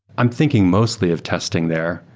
i'm thinking mostly of testing there,